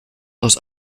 aus